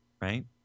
right